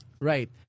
Right